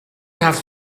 have